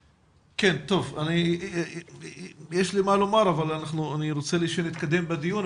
טוב, יש לי מה לומר אבל אני רוצה להתקדם בדיון.